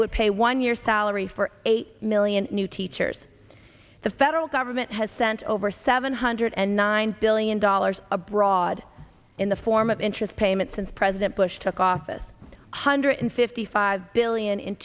it would pay one year's salary for eight million new teachers the federal government has sent over seven hundred and nine billion dollars abroad in the form of interest payments since president bush took office hundred fifty five billion